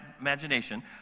imagination